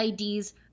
IDs